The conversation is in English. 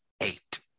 eight